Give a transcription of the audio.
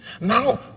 now